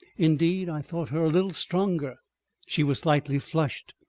indeed, i thought her a little stronger she was slightly flushed,